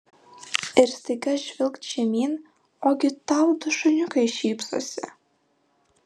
ir staiga žvilgt žemyn ogi tau du šuniukai šypsosi